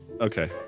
Okay